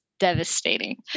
devastating